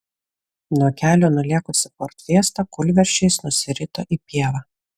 nuo kelio nulėkusi ford fiesta kūlversčiais nusirito į pievą